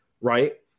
right